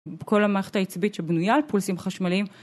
כל המערכת העצבית שבנויה על פולסים חשמליים